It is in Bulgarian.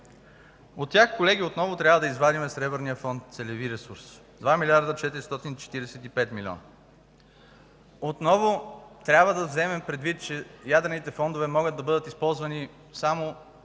От тях, колеги, отново трябва да извадим „Сребърния фонд” – целеви ресурси, който е 2 млрд. 445 милиона. Отново трябва да вземем предвид, че ядрените фондове могат да бъдат използвани само